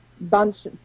bunch